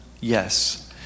yes